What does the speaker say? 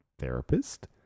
therapist